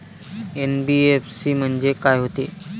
NBFC म्हणजे का होते?